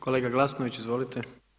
Kolega Glasnović, izvolite.